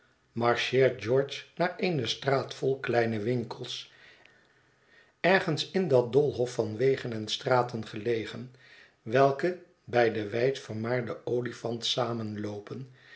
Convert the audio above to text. marcheert george naar eene straat vol kleine winkels ergens in dat doolhof van wegen en straten gelegen welke by den wijd vermaarden olifant